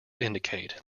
indicate